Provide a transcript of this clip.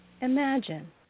imagine